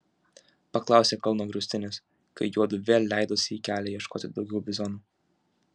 paklausė kalno griaustinis kai juodu vėl leidosi į kelią ieškoti daugiau bizonų